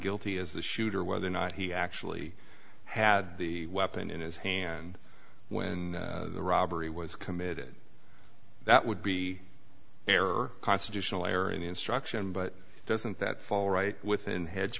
guilty as the shooter whether or not he actually had the weapon in his hand when the robbery was committed that would be error or constitutional error in the instruction but doesn't that fall right within hedge